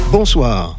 Bonsoir